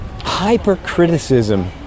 hypercriticism